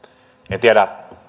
en tiedä